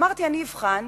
אמרתי: אני אבחן.